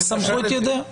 סמכו את ידיהם על זה.